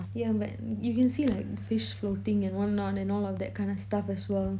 yeah but you can see like fish floating and one on and all that kind of stuff as well